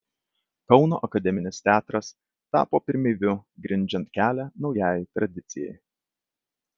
kauno akademinis teatras tapo pirmeiviu grindžiant kelią naujajai tradicijai